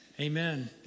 Amen